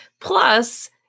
Plus